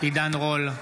עידן רול,